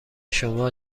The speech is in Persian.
شما